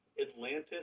Atlantis